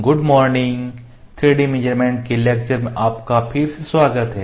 good morning 3D measurements के lecture में आपका फिर से स्वागत है